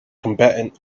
combatant